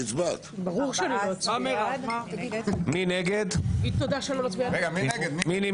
הצבעה בעד, 14 נגד, אין